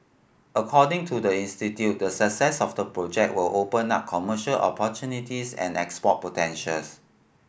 according to the institute the success of the project will open up commercial opportunities and export potentials